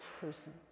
person